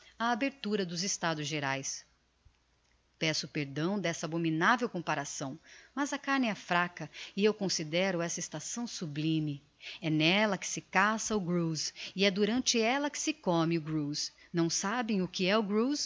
a abertura dos estados gerais peço perdão d'esta abominavel comparação mas a carne é fraca e eu considero esta estação sublime é n'ella que se caça o grouse e é durante ella que se come o grouse não sabem o que é